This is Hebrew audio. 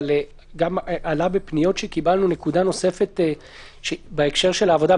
אבל בפניות שקיבלנו עלתה נקודה נוספת בהקשר של העבודה,